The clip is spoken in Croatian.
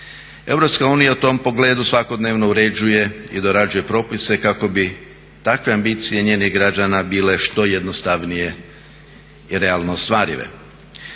EU u tom pogledu svakodnevno uređuje i dorađuje propise kako bi takve ambicije njenih građana bile što jednostavnije i realno ostvarive.